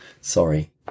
Sorry